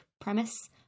premise